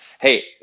hey